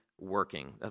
working